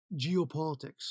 geopolitics